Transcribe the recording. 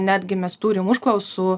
netgi mes turim užklausų